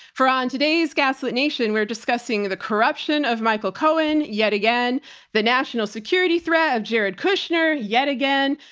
for on today's gaslit nation, we are discussing the corruption of michael cohen, yet again the national security threat of jared kushner, yet again,